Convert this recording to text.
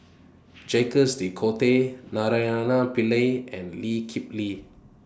Jacques De Coutre Naraina Pillai and Lee Kip Lee